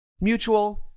Mutual